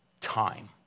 time